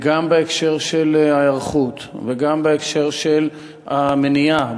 גם בהקשר של ההיערכות וגם בהקשר של המניעה,